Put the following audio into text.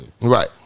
Right